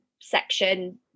section –